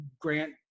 Grant